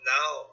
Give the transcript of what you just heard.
Now